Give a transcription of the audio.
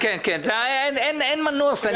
אין מנוס.